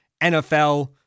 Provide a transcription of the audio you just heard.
NFL